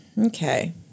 okay